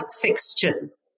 fixtures